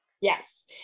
Yes